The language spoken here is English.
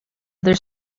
other